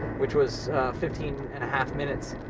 which was fifteen and a half minutes.